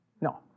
No